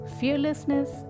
fearlessness